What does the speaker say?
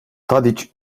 tadiç